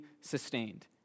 sustained